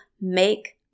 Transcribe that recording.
make